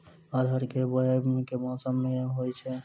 अरहर केँ बोवायी केँ मौसम मे होइ छैय?